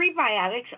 prebiotics